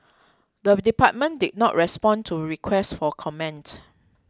the department did not respond to requests for comment